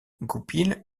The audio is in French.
goupil